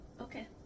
Okay